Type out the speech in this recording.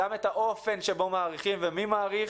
האופן שבו מעריכים, זהות המעריכים,